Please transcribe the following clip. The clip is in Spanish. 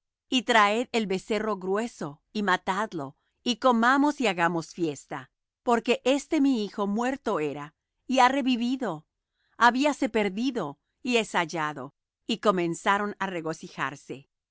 y traed el becerro grueso y matadlo y comamos y hagamos fiesta porque este mi hijo muerto era y ha revivido habíase perdido y es hallado y comenzaron á regocijarse